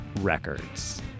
records